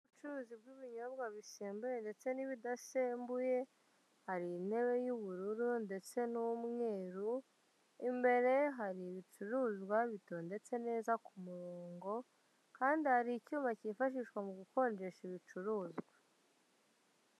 Ubucuruzi bw'ibinyobwa bisembuye ndetse n'ibidasembuye, hari intebe y'ubururu ndetse n'umweru imbere hari ibicuruzwa bitondetse neza ku murongo kandi hari icyuma kifashishwa mugukonjesha ibicuruzwa.